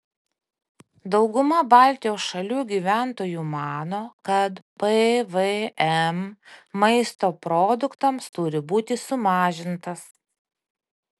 dauguma baltijos šalių gyventojų mano kad pvm maisto produktams turi būti sumažintas